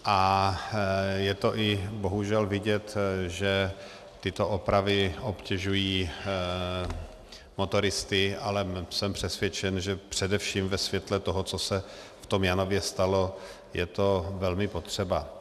A je to i bohužel vidět, že tyto opravy obtěžují motoristy, ale jsem přesvědčen, že především ve světle toho, co se v tom Janově stalo, je to velmi potřeba.